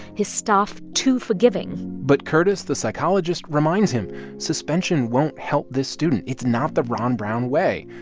his staff too forgiving but curtis, the psychologist, reminds him suspension won't help this student. it's not the ron brown way.